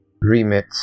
remit